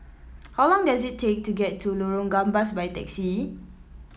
how long does it take to get to Lorong Gambas by taxi